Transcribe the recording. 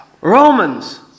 Romans